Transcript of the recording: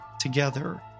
together